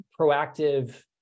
proactive